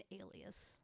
alias